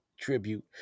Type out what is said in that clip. tribute